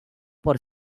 por